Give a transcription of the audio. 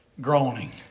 groaning